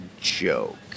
joke